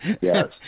Yes